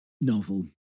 novel